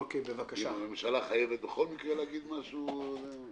אם הממשלה חייבת בכל מקרה להגיד משהו או לא.